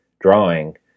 drawing